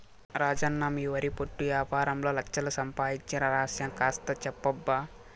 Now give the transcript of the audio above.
రాజన్న మీ వరి పొట్టు యాపారంలో లచ్ఛలు సంపాయించిన రహస్యం కాస్త చెప్పబ్బా